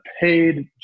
paid